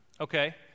Okay